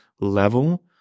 level